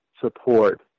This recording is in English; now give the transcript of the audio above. support